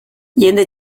jende